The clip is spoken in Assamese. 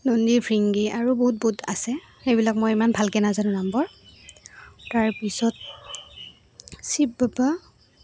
নন্দী ভৃঙ্গী আৰু বহুত বহুত আছে সেইবিলাক মই ইমান ভালকৈ নাজানো নামবোৰ তাৰ পিছত শিৱ বাবা